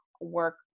work